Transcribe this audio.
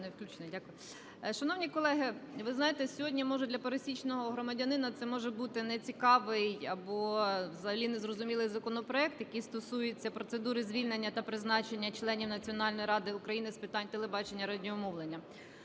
Шановні колеги, ви знаєте, сьогодні, може, для пересічного громадянина це може бути нецікавий або взагалі незрозумілий законопроект, який стосується процедури звільнення та призначення членів Національної ради України з питань телебачення і радіомовлення.